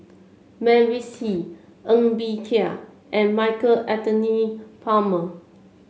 Mavis Hee Ng Bee Kia and Michael Anthony Palmer